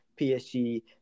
PSG